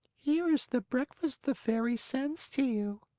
here is the breakfast the fairy sends to you,